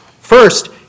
First